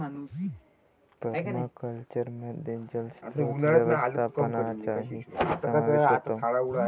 पर्माकल्चरमध्ये जलस्रोत व्यवस्थापनाचाही समावेश होतो